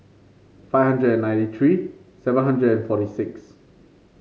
five hundred and ninety three seven hundred and forty six